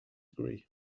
degrees